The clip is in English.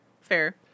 Fair